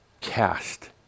cast